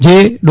જે ડો